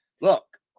Look